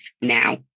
now